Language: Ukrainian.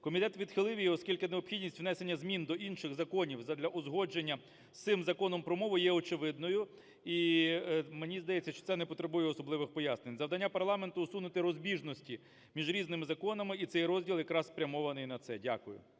Комітет відхилив її, оскільки необхідність внесення змін до інших законів задля узгодження з цим Законом про мову є очевидною, і мені здається, що це не потребує особливих пояснень. Завдання парламенту – усунути розбіжності між різними законами, і цей розділ якраз спрямований на це. Дякую.